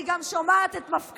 אני גם שומעת את המפכ"ל,